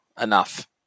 enough